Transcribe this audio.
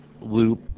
loop